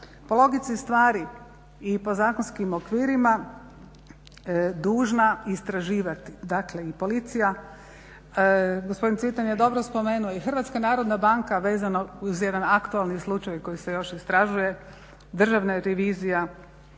po logici stvari i po zakonskim okvirima dužna istraživati. Dakle, i policija. Gospodin Cvitan je dobro spomenuo i HNB vezano uz jedan aktualni slučaj koji se još istražuje, Državna revizija